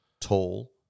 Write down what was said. tall